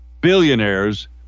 billionaires